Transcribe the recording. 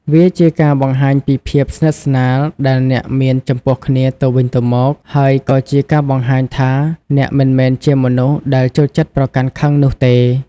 វាជាការបង្ហាញពីភាពស្និទ្ធស្នាលដែលអ្នកមានចំពោះគ្នាទៅវិញទៅមក ហើយក៏ជាការបង្ហាញថាអ្នកមិនមែនជាមនុស្សដែលចូលចិត្តប្រកាន់ខឹងនោះទេ។